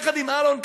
יחד עם אהרן,